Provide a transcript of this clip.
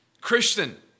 Christian